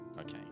Okay